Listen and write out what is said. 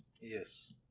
Yes